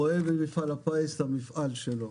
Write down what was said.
הציבור רואה במפעל הפיס את המפעל שלו.